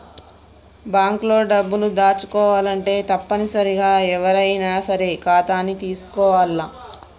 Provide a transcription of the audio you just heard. bank లో డబ్బులు దాచుకోవాలంటే తప్పనిసరిగా ఎవ్వరైనా సరే ఖాతాని తీసుకోవాల్ల